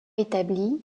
établis